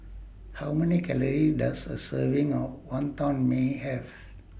How Many Calories Does A Serving of Wonton Mee Have